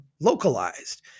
localized